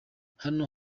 hano